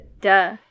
Duh